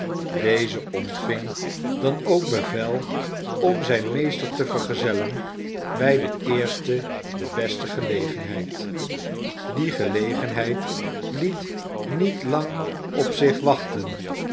deze ontving dan ook bevel om zijn meester te vergezellen bij de eerste de beste gelegenheid die gelegenheid liet niet lang op zich wachten